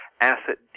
asset